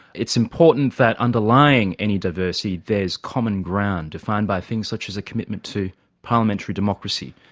it's important that underlying any diversity there's common ground defined by things such as a commitment to parliamentary democracy,